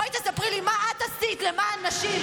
בואי תספרי לי מה את עשית למען נשים,